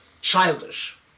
Childish